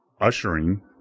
ushering